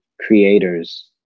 creators